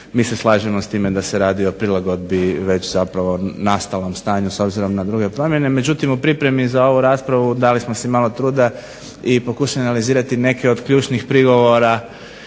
Mi se slažemo s time da se radi o prilagodbi zapravo već nastalom stanju s obzirom na druge promjene. Međutim, u pripremi za ovu raspravu dali smo si malo truda i pokušali analizirati neke od ključnih prigovora